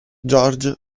george